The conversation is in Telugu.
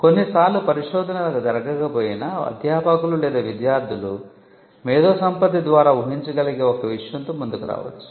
కొన్ని సార్లు పరిశోధన జరగకపోయినా అధ్యాపకులు లేదా విద్యార్థులు మేధోసంపత్తి ద్వారా ఊహించగలిగే ఒక విషయంతో ముందుకు రావచ్చు